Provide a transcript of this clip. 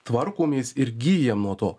tvarkomės ir gyjam nuo to